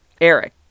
Eric